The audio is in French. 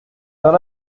d’un